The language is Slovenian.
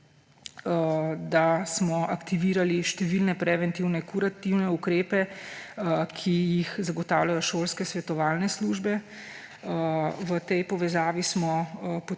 da smo aktivirali številne preventivno-kurativne ukrepe, ki jih zagotavljajo šolske svetovalne službe. V tej povezavi smo